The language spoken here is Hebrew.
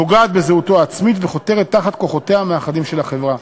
פוגעת בזהותו העצמית וחותרת תחת כוחותיה המאחדים של החברה.